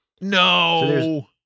No